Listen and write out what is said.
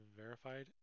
verified